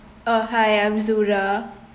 uh hi I'm Zurah